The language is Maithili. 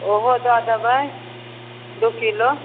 ओहो दऽ देबै दुइ किलो